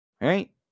Right